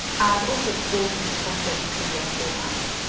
and also exporting to press ready pdf formats.